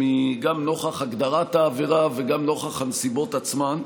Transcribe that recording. גם נוכח הגדרת העבירה וגם נוכח הנסיבות עצמן,